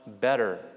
better